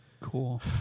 Cool